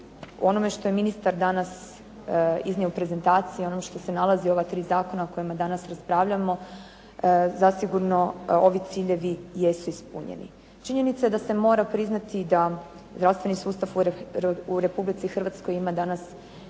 onome što je ministar danas iznio u prezentaciji, onome što se nalazi u ova tri zakona o kojima danas raspravljamo, zasigurno ovi ciljevi jesu ispunjeni. Činjenica je da se mora priznati da zdravstveni sustav u Republici Hrvatskoj ima danas